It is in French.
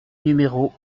numéro